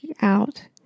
out